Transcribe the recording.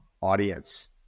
audience